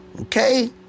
Okay